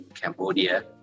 Cambodia